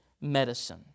Medicine